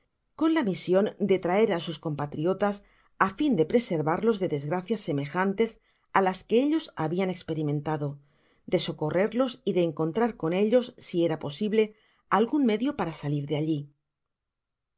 cotí la mision de traer á sus compatriotas á fin de preservarlos de desgracias semejantes á las que ellos habiftn esperimens tado de socorrerlos y de encontrar con ellos si era posible algun medio para salir de allí